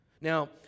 Now